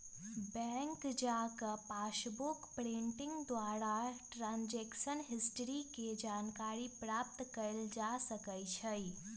bank जा कऽ passbook printing द्वारा ट्रांजैक्शन हिस्ट्री के जानकारी प्राप्त कएल जा सकइ छै